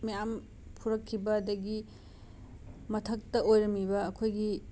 ꯃꯌꯥꯝ ꯐꯨꯔꯛꯈꯤꯕ ꯑꯗꯒꯤ ꯃꯊꯛꯇ ꯑꯣꯏꯔꯝꯃꯤꯕ ꯑꯩꯈꯣꯏꯒꯤ